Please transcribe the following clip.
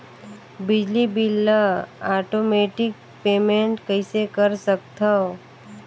बिजली बिल ल automatic payment कइसे कर सकथव?